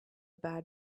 bad